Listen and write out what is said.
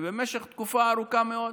שבמשך תקופה ארוכה מאוד,